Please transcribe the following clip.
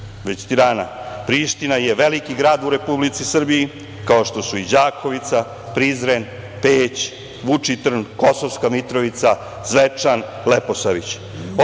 već Tirana. Priština je veliki grad u Republici Srbiji, kao što su i Đakovica, Prizren, Peć, Vučitrn, Kosovska Mitrovica, Zvečan, Leposavić.